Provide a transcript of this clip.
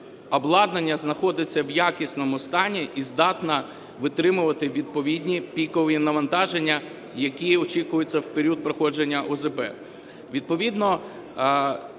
обладнання знаходиться в якісному стані і здатне витримувати відповідні пікові навантаження, які очікуються в період проходження ОЗП.